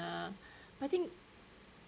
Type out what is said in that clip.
um I think